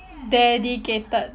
dedicated